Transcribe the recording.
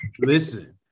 listen